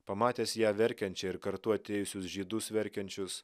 pamatęs ją verkiančią ir kartu atėjusius žydus verkiančius